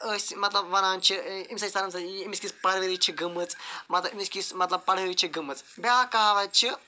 أسۍ مَطلَب وَنان چھِ أمس کِژھ پَروَرِش چھِ گٔمٕژ امِس کِژھ مَطلَب پَڑٲے چھِ گٔمٕژ بیاکھ کَہاوت چھِ